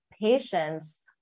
patient's